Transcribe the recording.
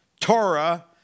Torah